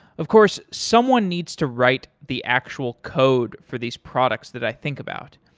of course, someone needs to write the actual code for these products that i think about.